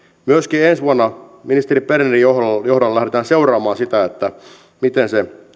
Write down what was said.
myöskin ensi vuonna ministeri bernerin johdolla johdolla lähdetään seuraamaan sitä miten